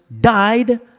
died